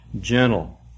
gentle